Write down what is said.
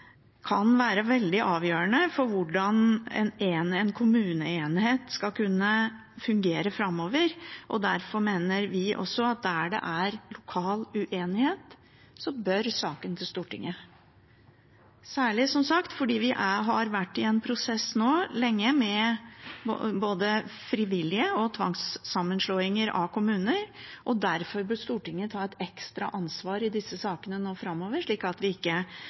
kan være veldig avgjørende for hvordan en kommuneenhet skal kunne fungere framover. Derfor mener vi at der det er lokal uenighet, bør saken til Stortinget – særlig, som sagt, fordi vi nå lenge har vært i en prosess med både frivillige sammenslåinger og tvangssammenslåinger av kommuner. Derfor bør Stortinget ta et ekstra ansvar i disse sakene nå framover, slik at vi ikke